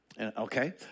Okay